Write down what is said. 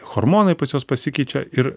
hormonai pas juos pasikeičia ir